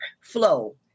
flow